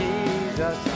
Jesus